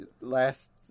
last